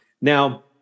now